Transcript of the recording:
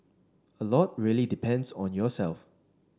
a lot really depends on yourself